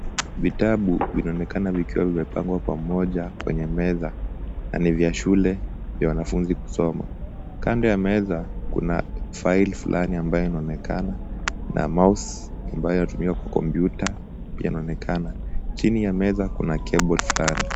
Vitabu vinaonekana vikiwa vimepangwa pamoja kwenye meza na ni vya shule vya wanafunzi kusoma. Kando ya meza kuna faili fulani ambayo inaonekana na mouse ambayo inatumika kwa kompyuta pia inaonekana. Chini ya meza kuna kebol fulani.